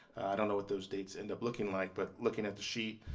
i don't know what those dates end up looking like, but looking at the sheet,